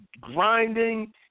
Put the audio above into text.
grinding